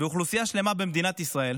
ואוכלוסייה שלמה במדינת ישראל